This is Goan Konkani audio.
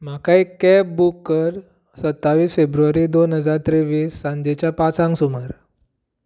म्हाका एक कॅब बूक कर सत्तावीस फेब्रुवारी दोन हजार तेवीस सांजेच्या पाचांक सुमार